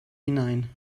hinein